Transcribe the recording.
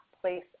place